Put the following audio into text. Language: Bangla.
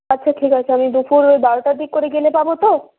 আচ্ছা ঠিক আছে আমি দুপুর বারোটার দিক করে গেলে পাবো তো